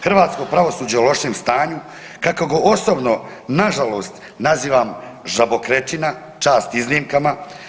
Hrvatsko pravosuđe je u lošem stanju kako ga osobno na žalost nazivam žabokrečina, čast iznimkama.